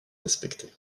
respectée